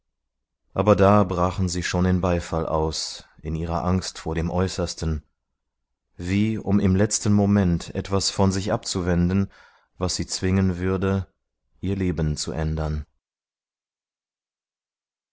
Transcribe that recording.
aber da brachen sie schon in beifall aus in ihrer angst vor dem äußersten wie um im letzten moment etwas von sich abzuwenden was sie zwingen würde ihr leben zu ändern